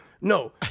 No